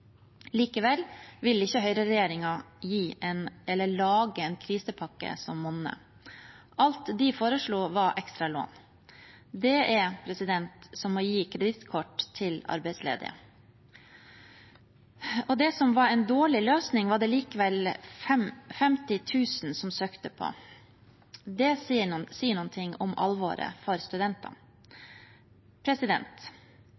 Likevel vil ikke Høyre-regjeringen lage en krisepakke som monner. Alt de foreslo, var ekstra lån. Det er som å gi kredittkort til arbeidsledige. Det som var en dårlig løsning, var det likevel 50 000 som søkte på. Det sier noe om alvoret for